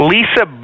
Lisa